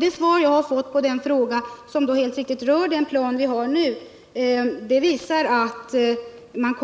Det svar jag fått på min fråga, som helt riktigt rör den plan vi nu har, visar att man